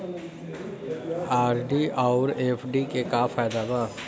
RD आउर FD के का फायदा बा?